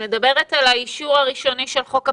את מדברת על האישור הראשוני של חוק הפיקוח.